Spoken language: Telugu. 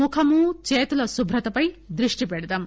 ముఖం చేతుల శుభ్రతపై దృష్టి పెడదాం